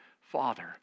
Father